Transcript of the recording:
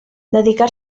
dedicar